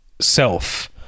self